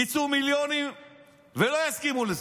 יצאו מיליונים ולא יסכימו לזה,